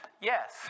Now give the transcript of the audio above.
yes